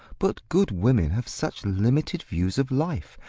but good women have such limited views of life,